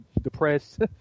depressed